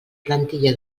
plantilla